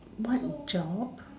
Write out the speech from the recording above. what job